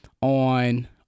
on